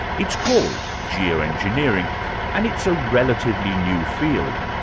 it's called geoengineering and it's a relatively new field,